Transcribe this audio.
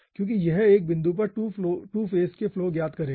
क्योंकि यह एक बिंदु पर टू फेज के फ्लो ज्ञात करेगा